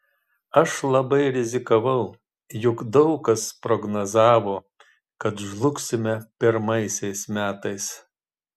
aš labai rizikavau juk daug kas prognozavo kad žlugsime pirmaisiais metais